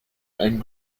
and